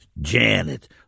Janet